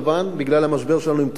בגלל המשבר שלנו עם טורקיה,